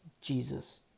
Jesus